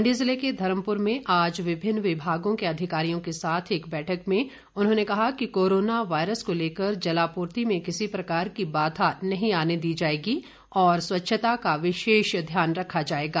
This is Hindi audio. मंडी जिले के धर्मपुर में आज विभिन्न विभागों के अधिकारियों के साथ एक बैठक में उन्होंने कहा कि कोरोना वायरस को लेकर जलापूर्ति में किसी प्रकार की बाधा नहीं आने दी जाएगी और स्वच्छता का विशेष ध्यान रखा जाएगा